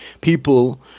people